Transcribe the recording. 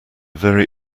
very